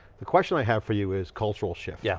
the question i have for you is cultural shift. yeah